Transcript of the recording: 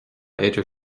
idir